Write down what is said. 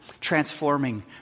transforming